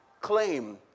claim